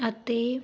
ਅਤੇ